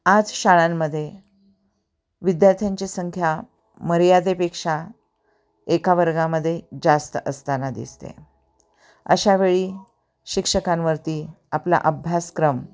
आज शाळांमध्ये विद्यार्थ्यांची संख्या मर्यादेपेक्षा एका वर्गामध्ये जास्त असताना दिसते अशावेळी शिक्षकांवरती आपला अभ्यासक्रम